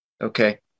Okay